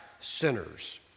sinners